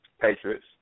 Patriots